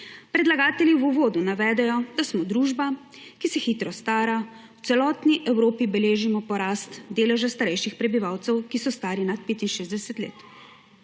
Predlagatelji v uvodu navedejo, da smo družba, ki se hitro stara, v celotni Evropi beležimo porast deleža starejših prebivalcev, ki so stari nad 65 let.